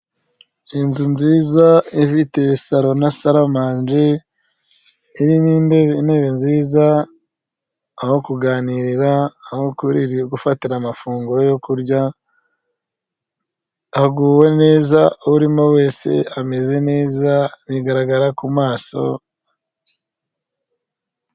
Iyi nzu nziza ifite salo na saramanje, irimo intebe nziza. Aho kuganirira, aho gufatira amafunguro yo kurya haguwe neza, urimo wese ameze neza, bigaragara ku maso.